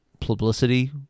publicity